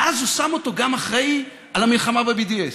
והוא שם אותו גם אחראי על המלחמה ב-BDS.